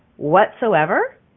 Whatsoever